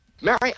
Mary